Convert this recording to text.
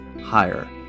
higher